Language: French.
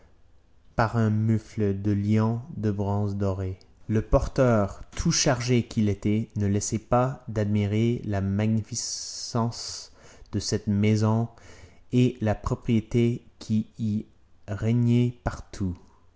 par un mufle de lion de bronze doré le porteur tout chargé qu'il était ne laissait pas d'admirer la magnificence de cette maison et la propreté qui y régnait partout